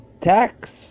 tax